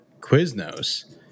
Quiznos